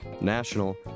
national